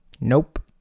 Nope